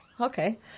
okay